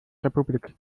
republik